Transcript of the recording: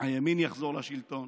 הימין יחזור לשלטון,